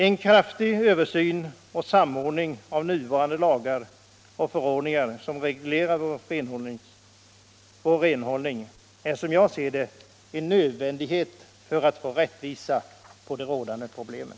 En snar översyn och samordning av de lagar och förordningar som reglerar vår renhållning är som jag ser det en nödvändighet för att få rätsida på de rådande problemen.